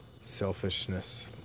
selfishness